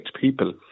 people